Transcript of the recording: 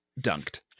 dunked